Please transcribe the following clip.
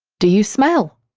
do you smell?